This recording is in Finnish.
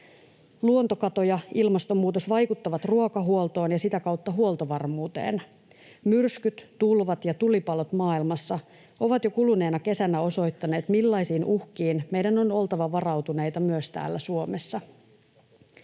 Luontokato ja ilmastonmuutos vaikuttavat ruokahuoltoon ja sitä kautta huoltovarmuuteen. Myrskyt, tulvat ja tulipalot maailmassa ovat jo kuluneena kesänä osoittaneet, millaisiin uhkiin meidän on oltava varautuneita myös täällä Suomessa.